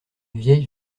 vieille